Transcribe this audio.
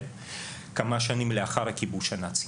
כמה שנים לאחר הכיבוש הנאצי.